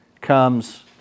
comes